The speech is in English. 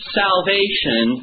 salvation